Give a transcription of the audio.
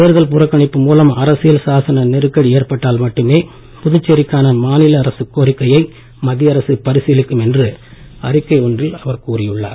தேர்தல் புறக்கணிப்பு மூலம் அரசியல் சாசன நெருக்கடி ஏற்பட்டால் மட்டுமே புதுச்சேரிக்கான மாநில அரசு கோரிக்கையை மத்திய அரசு பரிசீலிக்கும் என்று அறிக்கை ஒன்றில் அவர் கூறியுள்ளார்